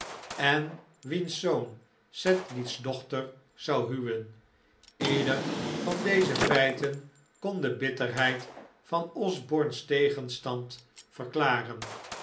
en wiens zoon sedley s dochter zou huwen ieder van deze feiten kon de bitterheid van osborne's tegenstand verklaren